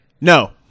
No